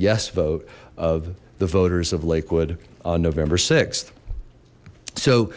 yes vote of the voters of lakewood on november th so